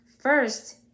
First